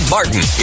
Martin